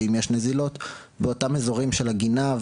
ואם יש נזילות באותם אזורים של הגינה,